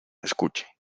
escuche